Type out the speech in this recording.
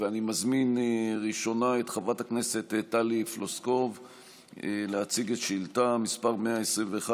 אני מזמין ראשונה את חברת הכנסת טלי פלוסקוב להציג את שאילתה מס' 121,